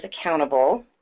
accountable